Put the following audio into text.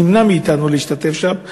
נמנע מאתנו להשתתף שם,